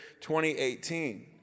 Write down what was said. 2018